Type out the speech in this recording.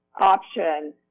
option